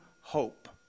hope